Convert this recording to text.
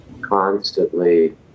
constantly